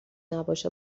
نباشه